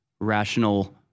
rational